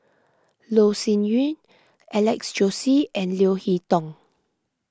Loh Sin Yun Alex Josey and Leo Hee Tong